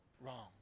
wrong